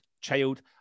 child